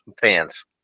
fans